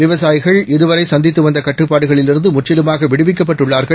விவசாயிகள்இதுவரைசந்தித்துவந்தகட்டுப்பாடுகளில்இருந்து முற்றிலுமாகவிடுவிக்கப்பட்டுஉள்ளார்கள்